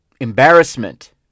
embarrassment